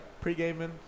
pre-gaming